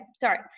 sorry